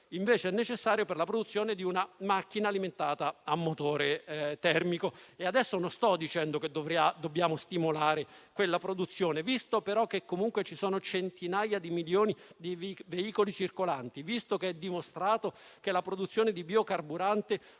invece è necessario per la produzione di una macchina alimentata a motore termico. Non sto dicendo che dobbiamo stimolare quella produzione; visto però che comunque ci sono centinaia di milioni di veicoli circolanti e visto che è dimostrato che la produzione di biocarburante